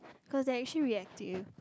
cause they're actually reactive